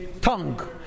tongue